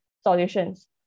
solutions